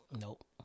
Nope